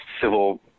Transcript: civil